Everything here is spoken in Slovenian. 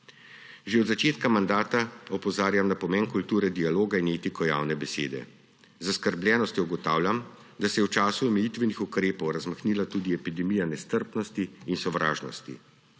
Že od začetka mandata opozarjam na pomen kulture dialoga in etiko javne besede. Z zaskrbljenostjo ugotavljam, da se je v času omejitvenih ukrepov razmahnila tudi epidemija nestrpnosti in sovražnosti.